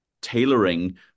tailoring